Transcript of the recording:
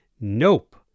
Nope